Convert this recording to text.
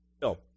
Bill